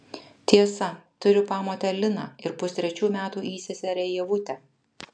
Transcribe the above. tiesa turiu pamotę liną ir pustrečių metų įseserę ievutę